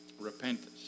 Repentance